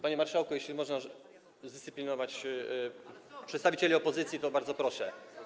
Panie marszałku, jeśli można zdyscyplinować przedstawicieli opozycji, to bardzo proszę.